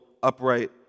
Upright